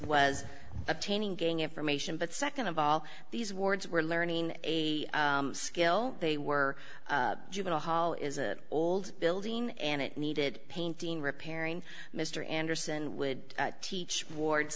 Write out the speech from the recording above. was obtaining getting information but nd of all these wards were learning a skill they were juvenile hall is an old building and it needed painting repairing mr anderson would teach ward